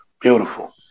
beautiful